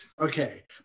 Okay